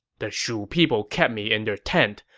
the shu people kept me in their tent,